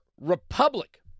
republic